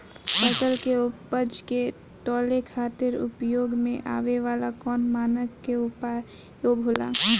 फसल के उपज के तौले खातिर उपयोग में आवे वाला कौन मानक के उपयोग होला?